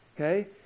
okay